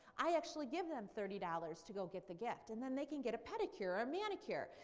i actually give them thirty dollars to go get the gift and then they can get a pedicure or a manicure.